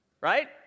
Right